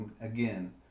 Again